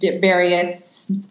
various